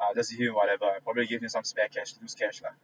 uh just give him whatever I probably just give him some spare cash use cash lah